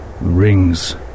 Rings